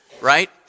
Right